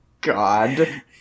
God